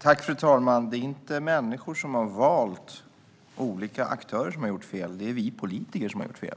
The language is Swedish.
Fru ålderspresident! Det är inte människor som har valt olika aktörer som har gjort fel - det är vi politiker som har gjort fel,